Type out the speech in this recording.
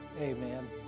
amen